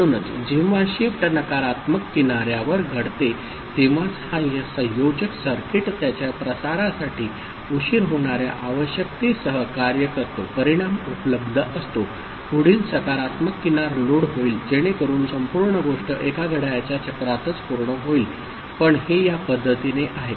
म्हणूनच जेव्हा शिफ्ट नकारात्मक किनार्यावर घडते तेव्हाच हा संयोजक सर्किट त्याच्या प्रसारासाठी उशीर होणार्या आवश्यकतेसह कार्य करतो परिणाम उपलब्ध असतो पुढील सकारात्मक किनार लोड होईल जेणेकरून संपूर्ण गोष्ट एका घड्याळाच्या चक्रातच पूर्ण होईल पण हे या पद्धतीने आहे